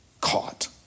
caught